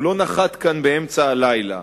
הוא לא נחת כאן באמצע הלילה.